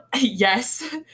yes